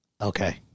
Okay